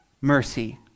mercy